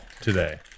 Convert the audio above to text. today